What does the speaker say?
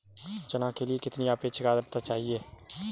चना के लिए कितनी आपेक्षिक आद्रता चाहिए?